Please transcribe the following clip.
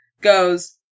goes